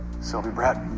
sylvie brett.